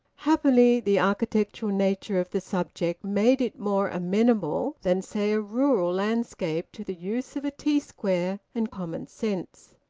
happily the architectural nature of the subject made it more amenable than, say, a rural landscape to the use of a t-square and common sense.